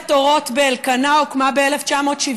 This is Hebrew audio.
מכללת אורות באלקנה הוקמה ב-1979,